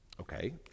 okay